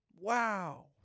Wow